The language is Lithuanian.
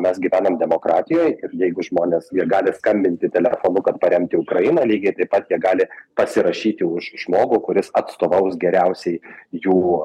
mes gyvenam demokratijoj ir jeigu žmonės jie gali skambinti telefonu kad paremti ukrainą lygiai taip pat jie gali pasirašyti už žmogų kuris atstovaus geriausiai jų